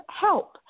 help